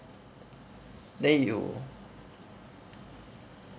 then you